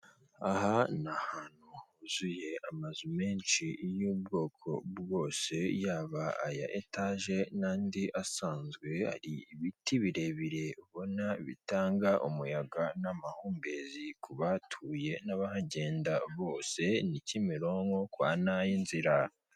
Aya ni ameza ari mu nzu, bigaragara ko aya meza ari ayokuriho arimo n'intebe nazo zibaje mu biti ariko aho bicarira hariho imisego.